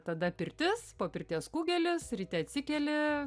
tada pirtis po pirties kugelis ryte atsikeli